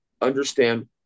understand